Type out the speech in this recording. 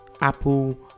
Apple